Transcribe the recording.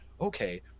okay